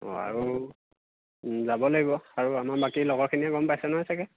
অঁ আৰু যাব লাগিব আৰু আমাৰ বাকী লগৰখিনিয়ে গম পাইছে নহয় চাগে